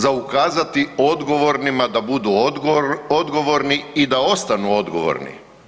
Za ukazati odgovornima da budu odgovorni i da ostanu odgovorni?